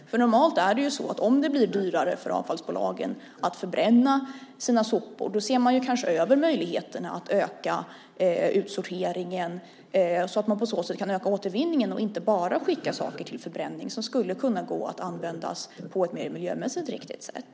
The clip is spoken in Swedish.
Normalt är det ju så att om det blir dyrare för avfallsbolagen att förbränna sina sopor ser de kanske över möjligheterna att öka utsorteringen och på så sätt öka återvinningen i stället för att bara skicka saker till förbränning, saker som alltså skulle kunna användas på ett miljömässigt riktigare sätt.